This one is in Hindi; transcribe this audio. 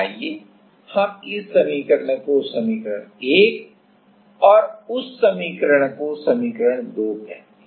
आइए हम इस समीकरण को समीकरण 1 और उसको समीकरण 2 कहते हैं